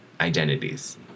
identities